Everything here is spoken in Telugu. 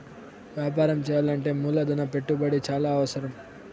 వ్యాపారం చేయాలంటే మూలధన పెట్టుబడి చాలా అవసరం